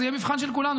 זה יהיה מבחן של כולנו,